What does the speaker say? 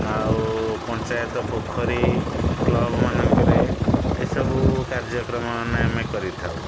ଆଉ ପଞ୍ଚାୟତ ପୋଖରୀ କ୍ଲବମାନଙ୍କରେ ଏ ସବୁ କାର୍ଯ୍ୟକ୍ରମମାନ ଆମେ କରିଥାଉ